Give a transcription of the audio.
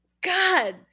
God